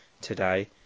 today